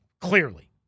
clearly